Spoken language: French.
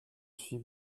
suis